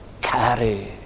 carry